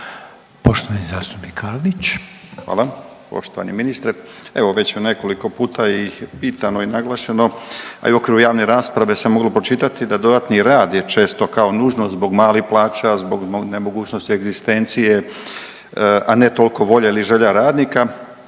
Poštovani zastupnik Karlić.